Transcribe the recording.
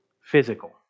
physical